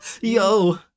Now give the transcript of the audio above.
yo